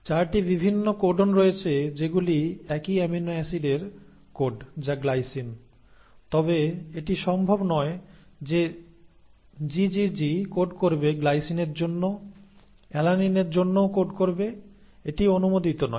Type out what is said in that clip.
4 টি বিভিন্ন কোডন রয়েছে যেগুলি একই অ্যামিনো অ্যাসিডের কোড যা গ্লাইসিন তবে এটি সম্ভব নয় যে GGG কোড করবে গ্লাইসিনের জন্য অ্যালানিন এর জন্যও কোড করবে এটি অনুমোদিত নয়